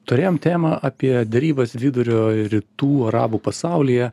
turėjom temą apie derybas vidurio rytų arabų pasaulyje